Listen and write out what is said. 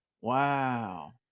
wow